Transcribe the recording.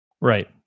Right